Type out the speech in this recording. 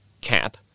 cap